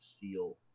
seal